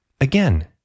Again